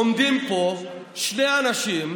עומדים פה שני אנשים,